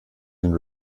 den